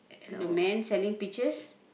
and the man selling peaches